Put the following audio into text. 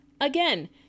Again